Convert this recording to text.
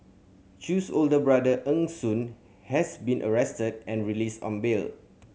Chew's older brother Eng Soon has been arrested and released on bail